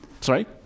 Sorry